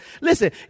Listen